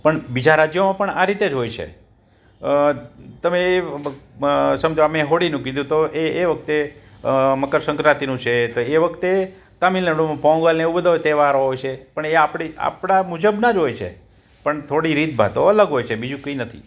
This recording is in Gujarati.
પણ બીજા રાજ્યોમાં પણ આ રીતે જ હોય છે તમે એ આ મેં હોળીનું કીધું તો એ એ વખતે મકર સંક્રાંતિનું છે તો એ વખતે તામિલ નાડુમાં પોંગલને એવું બધું તહેવાર હોય છે પણ એ આપણી આપણા મુજબના જ હોય છે પણ થોડી રીતભાતો અલગ હોય છે બીજું કંઇ નથી